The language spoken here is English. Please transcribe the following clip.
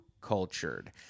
cultured